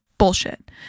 bullshit